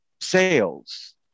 sales